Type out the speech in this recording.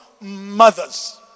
mothers